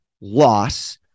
loss